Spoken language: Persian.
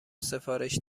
سفارش